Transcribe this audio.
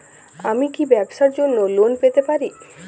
আমি কি ব্যবসার জন্য লোন পেতে পারি?